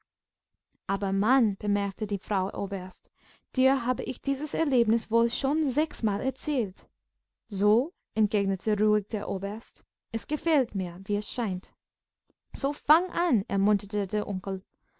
aber mann bemerkte die frau oberst dir habe ich dieses erlebnis wohl schon sechsmal erzählt so entgegnete ruhig der oberst es gefällt mir wie es scheint so fang an ermunterte der onkel